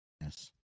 Yes